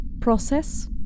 process